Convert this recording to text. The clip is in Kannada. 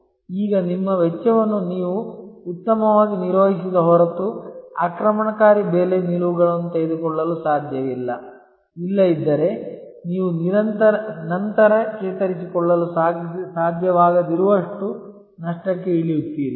ಈಗ ನಿಮ್ಮ ವೆಚ್ಚವನ್ನು ನೀವು ಉತ್ತಮವಾಗಿ ನಿರ್ವಹಿಸದ ಹೊರತು ಆಕ್ರಮಣಕಾರಿ ಬೆಲೆ ನಿಲುವುಗಳನ್ನು ತೆಗೆದುಕೊಳ್ಳಲು ಸಾಧ್ಯವಿಲ್ಲ ಇಲ್ಲದಿದ್ದರೆ ನೀವು ನಂತರ ಚೇತರಿಸಿಕೊಳ್ಳಲು ಸಾಧ್ಯವಾಗದಿರುವಷ್ಟು ನಷ್ಟಕ್ಕೆ ಇಳಿಯುತ್ತೀರಿ